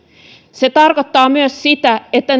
se tarkoittaa myös sitä että